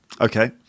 Okay